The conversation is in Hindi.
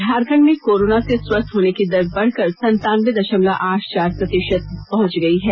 झारखंड में कोरोना से स्वस्थ होने की दर बढ़कर सन्तानबे दशमलव आठ चार प्रतिशत पहुंच गई है